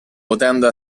potendo